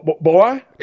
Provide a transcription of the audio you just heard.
boy